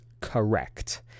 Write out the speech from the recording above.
correct